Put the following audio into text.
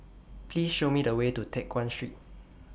Please Show Me The Way to Teck Guan Street